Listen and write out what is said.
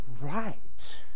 right